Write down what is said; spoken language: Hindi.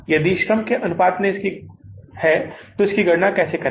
यदि यह श्रम के अनुपात में है कि गणना कैसे करें